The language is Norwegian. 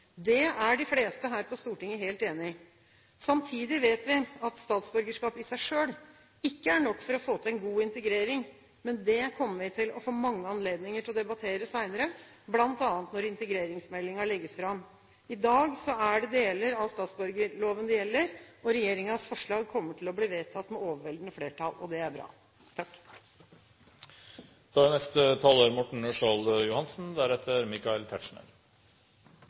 Det er de fleste her på Stortinget helt enig i. Samtidig vet vi at statsborgerskap i seg selv ikke er nok for å få til en god integrering, men det kommer vi til å få mange anledninger til å debattere senere, bl.a. når integreringsmeldingen legges fram. I dag er det deler av statsborgerloven det gjelder, og regjeringens forslag kommer til å bli vedtatt med overveldende flertall – og det er bra.